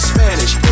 Spanish